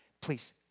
Please